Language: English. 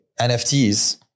NFTs